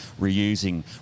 reusing